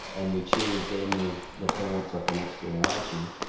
and we choose them as the parents of the next generation.